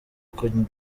kongera